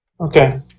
Okay